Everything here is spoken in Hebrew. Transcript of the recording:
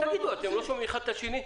אתם לא שומעים אחד את השני?